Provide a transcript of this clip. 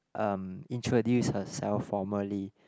um introduce herself formally